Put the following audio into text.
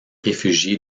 réfugié